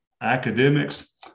academics